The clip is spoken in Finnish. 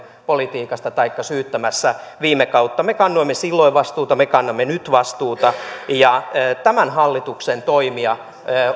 politiikasta taikka syyttämässä viime kautta me kannoimme silloin vastuuta me kannamme nyt vastuuta ja tämän hallituksen toimia